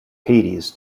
hades